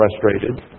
frustrated